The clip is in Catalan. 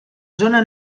zona